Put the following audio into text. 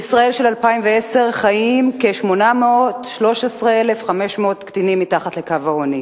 בישראל של 2010 חיים כ-813,500 קטינים מתחת לקו העוני.